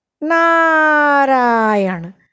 Narayan